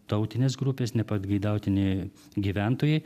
tautinės grupės nepageidautini gyventojai